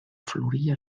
florir